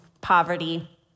poverty